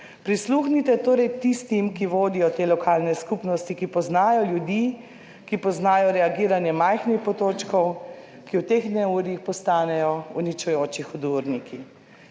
Prisluhnite torej tistim, ki vodijo te lokalne skupnosti, ki poznajo ljudi, ki poznajo reagiranje majhnih otočkov, ki v teh neurjih postanejo uničujoči hudourniki.